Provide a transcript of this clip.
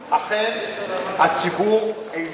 ב-5% צמיחה?